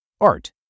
Art